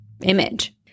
image